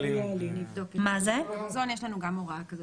במזון יש לנו גם הוראה כזאת.